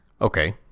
okay